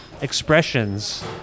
expressions